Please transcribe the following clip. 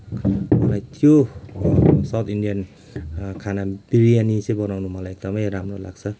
मलाई त्यो south Indian खाना बिरियानी चाहिँ बनाउनु मलाई एकदमै राम्रो लाग्छ